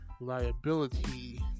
liability